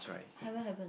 haven't haven't